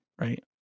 Right